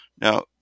Now